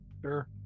Sure